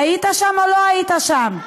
היית שם או לא היית שם?